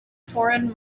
foreign